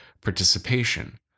participation